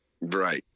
Right